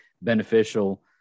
beneficial